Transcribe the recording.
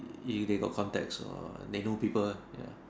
if they got contacts or if they know people ya